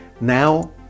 Now